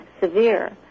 severe